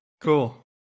Cool